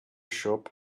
shop